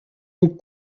nous